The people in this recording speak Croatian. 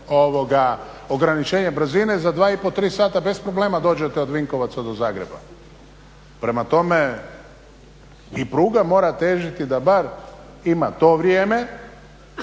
ograničenje brzine za 2,5, 3 sata bez problema dođete od Vinkovaca do Zagreba, prema tome i pruga mora težiti da bar ima to vrijeme